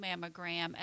mammogram